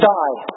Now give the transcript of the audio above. die